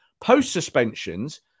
Post-suspensions